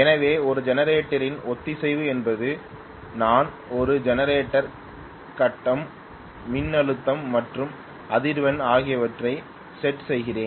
எனவே ஒரு ஜெனரேட்டரின் ஒத்திசைவு என்பது நான் ஒரு ஜெனரேட்டரை கட்டம் மின்னழுத்தம் மற்றும் அதிர்வெண் ஆகியவற்றை செட் செய்கிறேன்